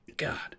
god